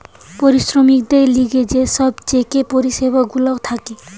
শ্রমিকদের লিগে যে সব চেকের পরিষেবা গুলা থাকে